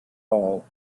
all